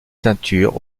ceinture